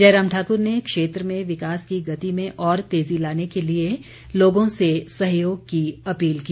जयराम ठाकुर ने क्षेत्र में विकास की गति में और तेजी लाने के लिए लोगों से सहयोग की अपील की